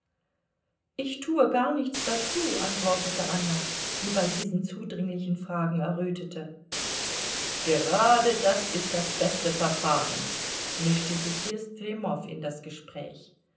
ich tue gar nichts dazu antwortete anna die bei diesen zudringlichen fragen errötete gerade das ist das beste verfahren mischte sich hier stremow in das gespräch